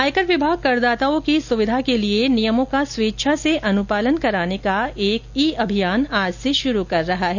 आयकर विभाग करदाताओं की सुविधा के लिए नियमों का स्वेच्छा से अनुपालन कराने का एक ई अभियान आज से शुरू कर रहा है